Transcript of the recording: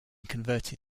converted